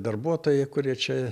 darbuotojai kurie čia